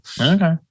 Okay